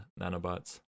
nanobots